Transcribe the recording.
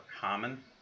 common